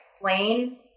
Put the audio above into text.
explain